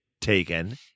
taken